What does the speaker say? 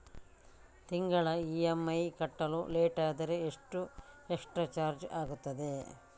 ತಿಂಗಳ ಇ.ಎಂ.ಐ ಕಟ್ಟಲು ಲೇಟಾದರೆ ಎಷ್ಟು ಎಕ್ಸ್ಟ್ರಾ ಚಾರ್ಜ್ ಆಗುತ್ತದೆ?